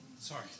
Sorry